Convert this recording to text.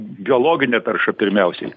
biologinė tarša pirmiausiai